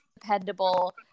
dependable